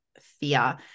fear